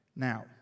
Now